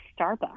Starbucks